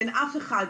אין אף אחד.